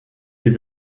des